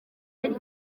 ari